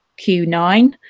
Q9